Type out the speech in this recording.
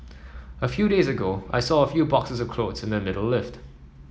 a few days ago I saw a few boxes of clothes in the middle lift